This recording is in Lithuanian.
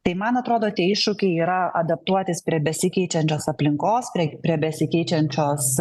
tai man atrodo tie iššūkiai yra adaptuotis prie besikeičiančios aplinkos prie prie besikeičiančios